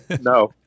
No